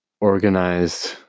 organized